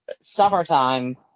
Summertime